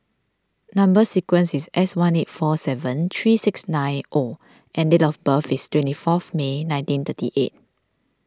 Number Sequence is S one eight four seven three six nine O and date of birth is twenty fourth May nineteen thirty eight